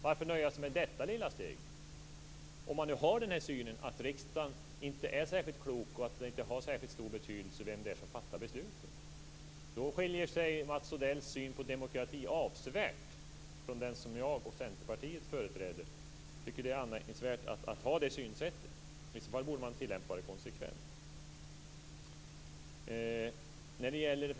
Varför nöja sig med det här lilla steget, om man nu har den synen att riksdagen inte är särskilt klok och att det inte har särskilt stor betydelse vem som fattar besluten? Mats Odells syn på demokrati skiljer sig avsevärt från den som jag och Centerpartiet företräder. Jag tycker att hans synsätt är anmärkningsvärt och undrar varför han inte tillämpar det konsekvent.